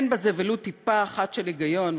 אין בזה ולו טיפה אחת של היגיון.